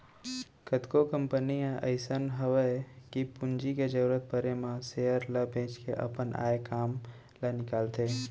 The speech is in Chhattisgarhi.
कतको कंपनी ह अइसन हवय कि पूंजी के जरूरत परे म सेयर ल बेंच के अपन आय काम ल निकालथे